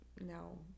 No